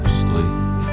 sleep